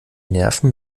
nerven